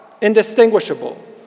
indistinguishable